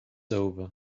over